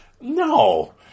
No